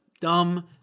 dumb